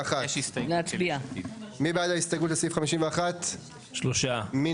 אנחנו מצביעים עכשיו על סעיף 56. מי בעד?